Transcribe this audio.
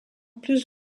plus